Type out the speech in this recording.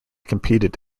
competed